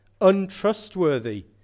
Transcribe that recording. untrustworthy